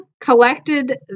collected